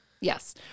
Yes